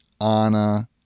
anna